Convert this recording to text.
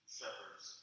shepherds